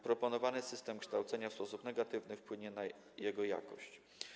Proponowany system kształcenia w sposób negatywny wpłynie na jego jakość.